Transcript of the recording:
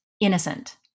innocent